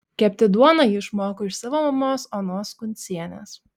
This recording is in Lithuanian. kepti duoną ji išmoko iš savo mamos onos kuncienės